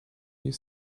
you